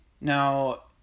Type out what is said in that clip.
Now